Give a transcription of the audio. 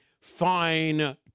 fine